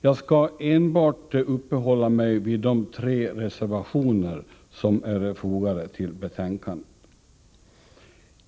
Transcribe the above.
Jag skall enbart uppehålla mig vid de tre reservationer som är fogade till betänkandet.